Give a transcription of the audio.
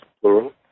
plural